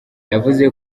yavuze